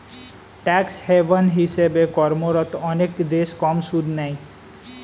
tax haven হিসেবে কর্মরত অনেক দেশ কম সুদ নেয়